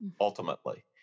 ultimately